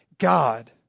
God